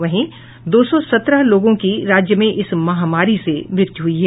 वहीं दो सौ सत्रह लोगों की राज्य में इस महामारी से मृत्यु हुई है